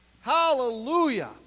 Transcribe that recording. Hallelujah